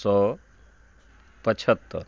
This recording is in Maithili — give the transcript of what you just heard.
सओ पचहत्तरि